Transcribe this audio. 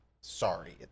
Sorry